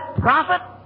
prophet